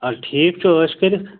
اَدٕ ٹھیٖک چھُ ٲش کٔرِتھ